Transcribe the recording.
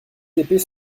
épées